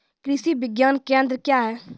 कृषि विज्ञान केंद्र क्या हैं?